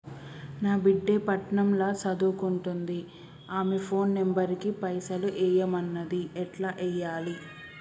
నా బిడ్డే పట్నం ల సదువుకుంటుంది ఆమె ఫోన్ నంబర్ కి పైసల్ ఎయ్యమన్నది ఎట్ల ఎయ్యాలి?